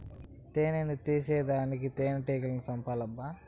తేని తీసేదానికి తేనెటీగల్ని సంపాలబ్బా